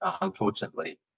Unfortunately